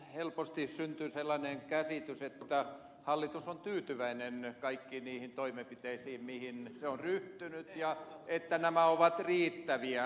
helposti syntyy sellainen käsitys että hallitus on tyytyväinen kaikkiin niihin toimenpiteisiin mihin se on ryhtynyt ja että nämä ovat riittäviä